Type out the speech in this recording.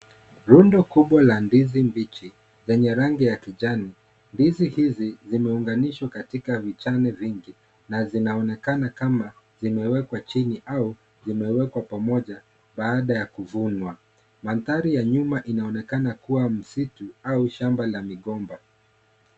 Rundo kubwa la ndizi mbichi lenye rangi ya kijani, ndizi hizi zimeunganishwa katika vijane vingi na zinaonekana kama zimewekwa chini au zimewekwa pamoja baada ya kuvunwa, mandari ya nyuma inaonekana kuwa msitu au shamba la migomba.